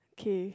K